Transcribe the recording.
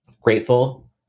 grateful